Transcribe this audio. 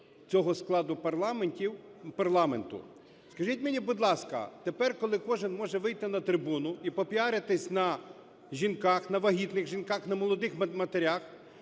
цього складу парламенту. Скажіть мені, будь ласка, тепер, коли кожен може вийти на трибуну і попіаритись на жінках, на вагітних жінках, на молодих матерях,